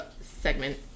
segment